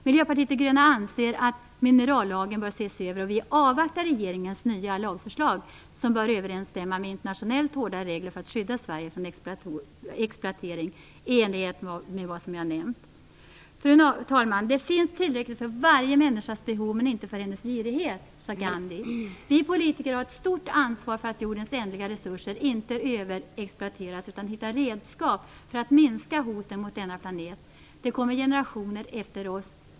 Miljöpartiet de gröna anser att minerallagen bör ses över, och vi avvaktar regeringens nya lagförslag, som bör överensstämma med internationellt hårdare regler för att skydda Sverige från exploatering, i enlighet med vad jag nämnt. Fru talman! Det finns tillräckligt för varje människas behov men inte för hennes girighet, sade Gandhi. Vi politiker har ett stort ansvar för att jordens ändliga resurser inte överexploateras utan för att hitta redskap som minskar hoten mot denna planet. Det kommer generationer efter oss.